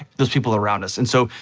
those people around us. and so,